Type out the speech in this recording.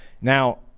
Now